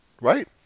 right